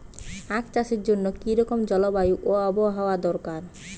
আখ চাষের জন্য কি রকম জলবায়ু ও আবহাওয়া দরকার?